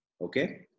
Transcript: Okay